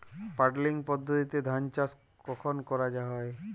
Puddling পদ্ধতিতে ধান চাষ কখন করা হয়?